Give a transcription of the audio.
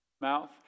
mouth